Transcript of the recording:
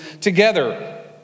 together